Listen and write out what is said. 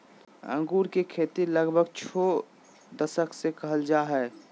अंगूर के खेती लगभग छो दशक से कइल जा हइ